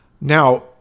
Now